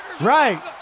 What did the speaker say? Right